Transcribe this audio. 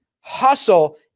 Hustle